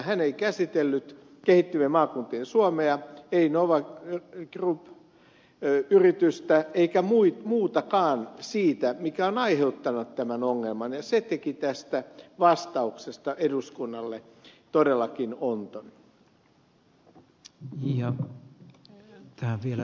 hän ei käsitellyt kehittyvien maakuntien suomea ei nova group yritystä eikä muutakaan siitä mikä on aiheuttanut tämän ongelman ja se teki tästä vastauksesta eduskunnalle todellakin onton